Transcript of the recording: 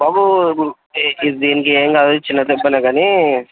బాబు దీనికి ఏం కాదు ఇది చిన్న దెబ్బలే గానీ